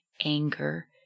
anger